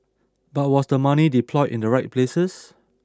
but was the money deployed in the right places